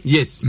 Yes